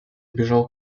бежал